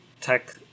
tech